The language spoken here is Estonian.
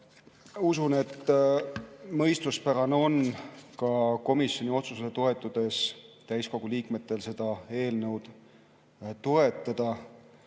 Usun, et mõistuspärane on komisjoni otsusele toetudes täiskogu liikmetel seda eelnõu toetada